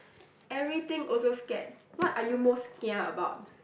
everything also scared what are you most kia about